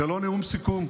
זה לא נאום סיכום.